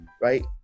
right